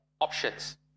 options